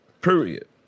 Period